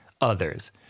others